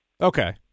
Okay